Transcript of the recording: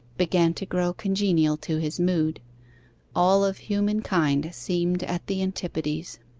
began to grow congenial to his mood all of human kind seemed at the antipodes.